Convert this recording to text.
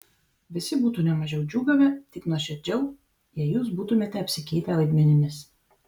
visi būtų ne mažiau džiūgavę tik nuoširdžiau jei jūs būtumėte apsikeitę vaidmenimis